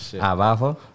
Abajo